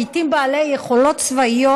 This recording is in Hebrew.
לעיתים בעלי יכולות צבאיות,